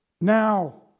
now